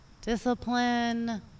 discipline